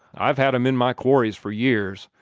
i've had em in my quarries for years,